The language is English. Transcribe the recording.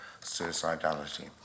suicidality